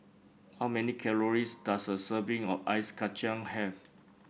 how many calories does a serving of Ice Kachang have